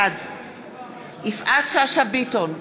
בעד יפעת שאשא ביטון,